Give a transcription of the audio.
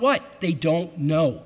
what they don't know